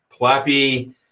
Plappy